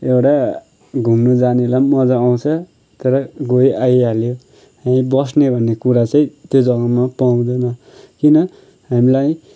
एउटा घुम्नु जानेलाई पनि मजा आउँछ तर गयो आइहाल्यो हामी बस्ने भन्ने कुरा चाहिँ त्यो जग्गामा पाउँदैन किन हामीलाई